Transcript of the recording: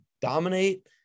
dominate